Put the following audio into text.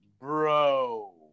Bro